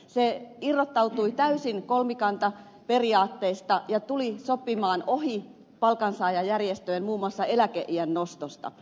se irrottautui täysin kolmikantaperiaatteesta ja tuli sopimaan ohi palkansaajajärjestöjen muun muassa eläkeiän nostosta